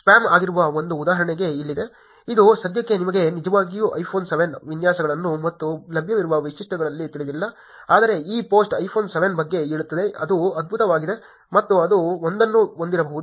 spam ಆಗಿರುವ ಒಂದು ಉದಾಹರಣೆ ಇಲ್ಲಿದೆ ಇದು ಸದ್ಯಕ್ಕೆ ನಮಗೆ ನಿಜವಾಗಿಯೂ iPhone 7 ವಿನ್ಯಾಸಗಳು ಮತ್ತು ಲಭ್ಯವಿರುವ ವೈಶಿಷ್ಟ್ಯಗಳು ತಿಳಿದಿಲ್ಲ ಆದರೆ ಈ ಪೋಸ್ಟ್ iPhone 7 ಬಗ್ಗೆ ಹೇಳುತ್ತದೆ ಅದು ಅದ್ಭುತವಾಗಿದೆ ಮತ್ತು ಅದು ಒಂದನ್ನು ಹೊಂದಿರಬಹುದು